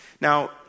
Now